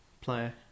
player